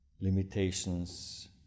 limitations